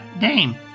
name